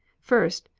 first.